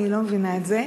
אני לא מבינה את זה.